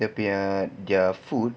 dia punya their food